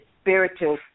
spiritual